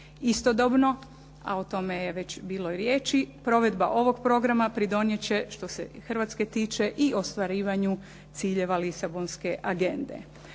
Istodobno a o tome je već bilo i riječi provedba ovog programa pridonijet će što se Hrvatske tiče i ostvarivanju ciljeva Lisabonske agende.